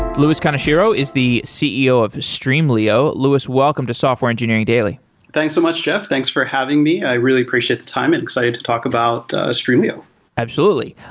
lewis kaneshiro is the ceo of his streamlio. lewis, welcome to software engineering daily thanks so much, jeff. thanks for having me. i really appreciate the time. i'm excited to talk about streamlio absolutely.